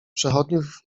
przechodniów